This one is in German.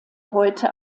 heute